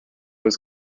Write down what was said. was